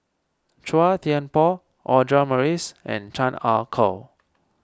Chua Thian Poh Audra Morrice and Chan Ah Kow